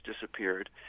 disappeared